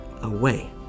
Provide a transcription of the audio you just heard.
away